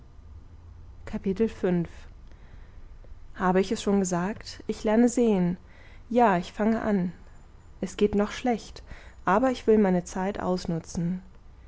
habe ich es schon gesagt ich lerne sehen ja ich fange an es geht noch schlecht aber ich will meine zeit ausnutzen